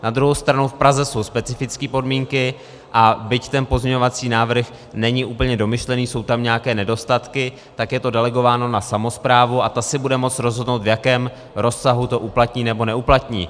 Na druhou stranu v Praze jsou specifické podmínky, a byť ten pozměňovací návrh není úplně domyšlený, jsou tam nějaké nedostatky, tak je to delegováno na samosprávu a ta si bude moci rozhodnout, v jakém rozsahu to uplatní nebo neuplatní.